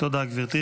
תודה גברתי.